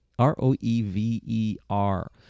R-O-E-V-E-R